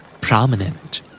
Prominent